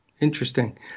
Interesting